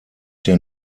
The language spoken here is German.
der